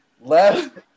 left